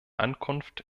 ankunft